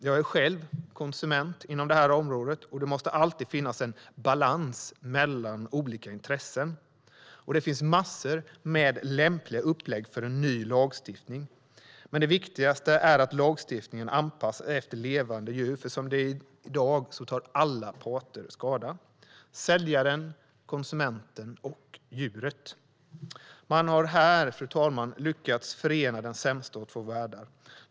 Jag är själv konsument inom det här området. Det måste alltid finnas en balans mellan olika intressen. Det finns massor med lämpliga upplägg för en ny lagstiftning. Det viktigaste är att lagstiftningen anpassas efter levande djur. Som det är i dag tar alla parter skada: säljaren, konsumenten och djuret. Man har här lyckats förena det sämsta av två världar.